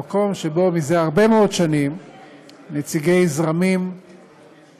המקום שבו זה הרבה מאוד שנים נציגי זרמים שאינם